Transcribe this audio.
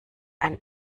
ein